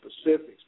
specifics